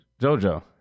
jojo